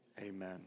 Amen